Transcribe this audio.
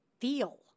feel